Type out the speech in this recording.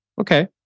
Okay